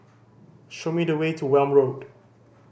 show me the way to Welm Road